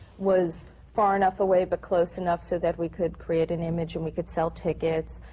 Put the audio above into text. was far enough away but close enough so that we could create an image and we could sell tickets.